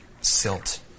silt